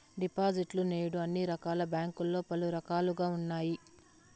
డిపాజిట్లు నేడు అన్ని రకాల బ్యాంకుల్లో పలు రకాలుగా ఉన్నాయి